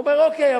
והוא אומר: אוקיי,